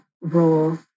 role